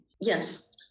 yes